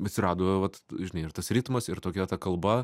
atsirado vat žinai ir tas ritmas ir tokia ta kalba